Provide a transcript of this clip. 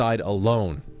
alone